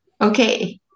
Okay